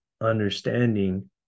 understanding